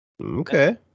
Okay